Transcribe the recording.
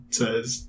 says